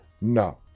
No